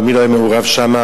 ומי לא היה מעורב שם,